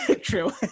true